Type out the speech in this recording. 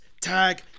tag